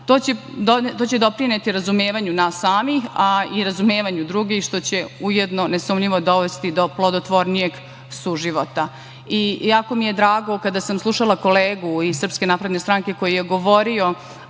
će doprineti razumevanju nas samih, a i razumevanju drugih, što će ujedno nesumnjivo dovesti do plodotvornijeg suživota. Jako mi je drago kada sam slušala kolegu iz SNS koji je govorio